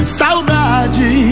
saudade